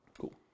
Cool